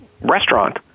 restaurant